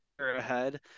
ahead